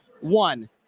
One